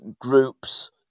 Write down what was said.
groups